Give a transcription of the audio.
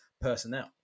personnel